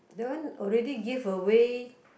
that one already give away